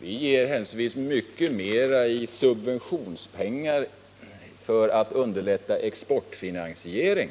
Vi ger händelsevis mycket mer i subventionspengar, i form av räntenedsättningar, för att underlätta exportfinansiering